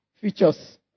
features